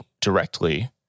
directly